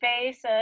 faces